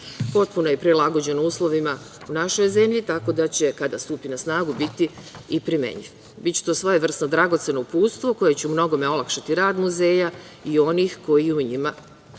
Potpuno je prilagođen uslovima u našoj zemlji, tako da će kada stupi na snagu biti i primenjiv. Biće to svojevrsno dragoceno uputstvo koje će u mnogome olakšati rad muzeja i onih koji u njima